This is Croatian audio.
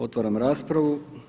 Otvaram raspravu.